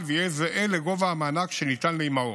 ויהיה זהה לגובה המענק שניתן לאימהות.